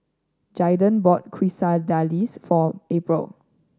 Jaeden bought Quesadillas for April